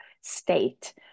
state